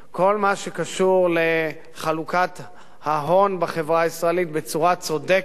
כל מה שקשור לחלוקת ההון בחברה הישראלית בצורה צודקת,